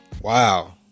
wow